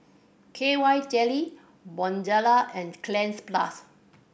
K Y Jelly Bonjela and Cleanz Plus